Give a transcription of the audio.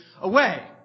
away